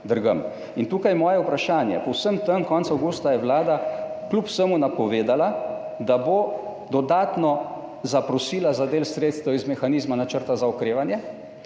In tukaj je moje vprašanje. Po vsem tem je Vlada konec avgusta kljub vsemu napovedala, da bo dodatno zaprosila za del sredstev iz mehanizma načrta za okrevanje,